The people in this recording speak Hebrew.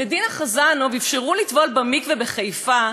לדינה חזנוב לא אפשרו לטבול במקווה בחיפה,